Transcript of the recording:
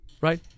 Right